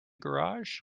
garage